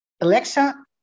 Alexa